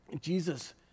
Jesus